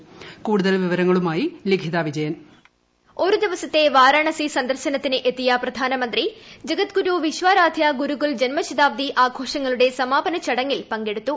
പ്ര കൂടുതൽ വിവരങ്ങളുമായി ല്ലീഖ്യത വിജയൻ ് വോയിസ് ഒരു ദിവസത്തെ വാരാണാസി സന്ദർശനത്തിന് എത്തിയ പ്രധാനമന്ത്രി ജഗത്ഗൂരു വിശ്വാരാധ്യ ഗുരുകുൽ ജന്മശതാബ്ദി ആഘോഷങ്ങളുടെ സമാപന ചടങ്ങിൽ പങ്കെടുത്തു